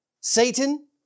Satan